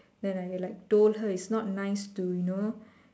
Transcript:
then I like told her is not nice to you know